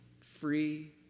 free